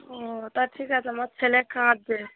ও তা ঠিক আচে আমার ছেলে কাঁদছে